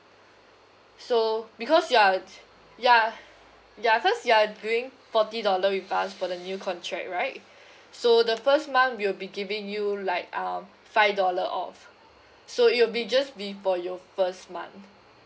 so because you're ya ya cause you're giving forty dollar with us for the new contract right so the first month we'll be giving you like um five dollar off so it will be just waived for your first month